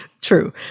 True